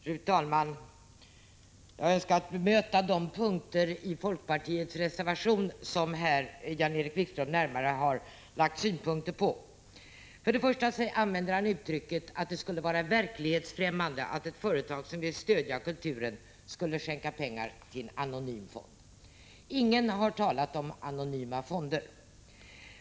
Fru talman! Jag önskar bemöta de punkter i folkpartiets reservation som Jan-Erik Wikström närmare har anfört synpunkter på. För det första använder han uttrycket att det skulle vara verklighetsfrämmande att ett företag som vill stödja kulturen skulle skänka pengar till en anonym fond. Ingen har talat om anonyma fonder.